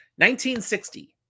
1960